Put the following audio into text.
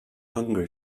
hungry